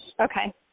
Okay